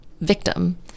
victim